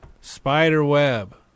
Spiderweb